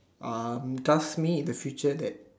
um trust me in the future that